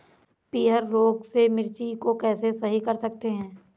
पीहर रोग से मिर्ची को कैसे सही कर सकते हैं?